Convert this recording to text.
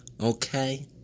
okay